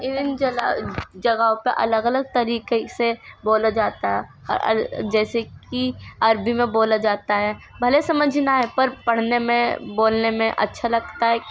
ان جگہوں پر الگ الگ طریقے سے بولا جاتا ہے جیسے کہ عربی میں بولا جاتا ہے بھلے سمجھ نہ آئے پر پڑھنے میں بولنے میں اچھا لگتا ہے